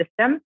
system